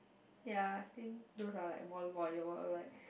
ya I think those are like more loyal or like